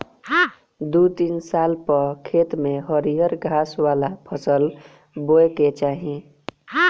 दू तीन साल पअ खेत में हरिहर खाद वाला फसल बोए के चाही